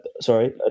Sorry